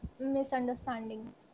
misunderstanding